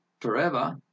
forever